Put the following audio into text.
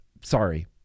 Sorry